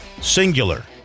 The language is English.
Singular